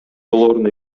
болоорун